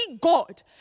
God